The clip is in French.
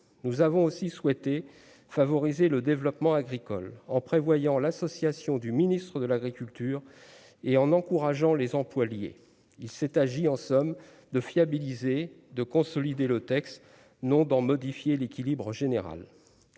nous avons aussi souhaité favoriser le développement agricole en prévoyant l'association du Ministre de l'Agriculture et en encourageant les emplois liés, il s'est agit en somme de fiabiliser de consolider le texte non d'en modifier l'équilibre général,